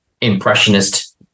impressionist